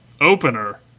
opener